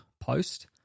post